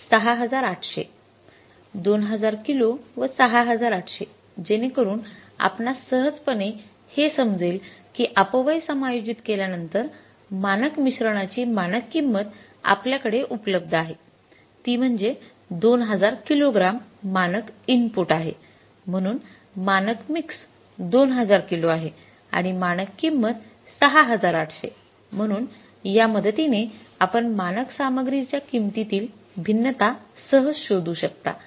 ६८०० २००० kilo व ६८०० जेणेकरुन आपणास सहजपणे हे समजेल की अपव्यय समायोजित केल्यानंतर मानक मिश्रणाची मानक किंमत आपल्या कडे उपलब्ध आहे ती म्हणजे २००० किलोग्राम मानक इनपुट आहे म्हणून मानक मिक्स २००० किलो आहे आणि मानक किंमत ६८०० म्हणून या मदतीने आपण मानक सामग्रीच्या किंमतीतील भिन्नता सहज शोधू शकता